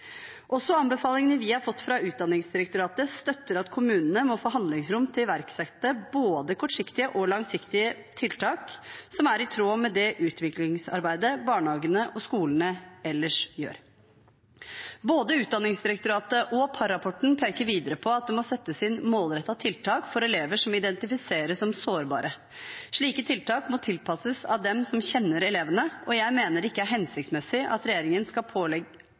Også anbefalingene vi har fått fra Utdanningsdirektoratet, støtter at kommunene må få handlingsrom til å iverksette både kortsiktige og langsiktige tiltak som er i tråd med det utviklingsarbeidet barnehagene og skolene ellers gjør. Både Utdanningsdirektoratet og Parr-rapporten peker videre på at det må settes inn målrettede tiltak for elevere som identifiseres som sårbare. Slike tiltak må tilpasses av dem som kjenner elevene, og jeg mener det ikke er hensiktsmessig at regjeringen skal